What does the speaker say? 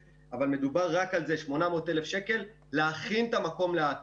מדובר רק על זה 800,000 שקל להכין את המקום להעתקה.